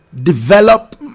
develop